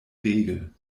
regel